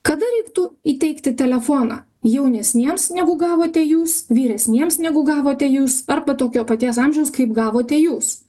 kada reiktų įteikti telefoną jaunesniems negu gavote jūs vyresniems negu gavote jūs arba tokio paties amžiaus kaip gavote jūs